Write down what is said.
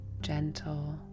gentle